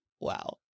Wow